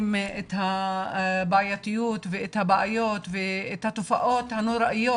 את הבעייתיות ואת הבעיות ואת התופעות הנוראיות